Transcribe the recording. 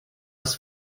als